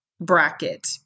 Bracket